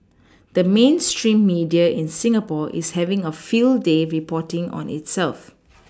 the mainstream media in Singapore is having a field day reporting on itself